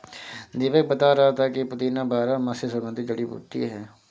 दीपक बता रहा था कि पुदीना बारहमासी सुगंधित जड़ी बूटी है